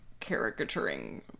caricaturing